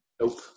Nope